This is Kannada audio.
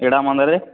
ಇಡಮ ಹಂಗರಿ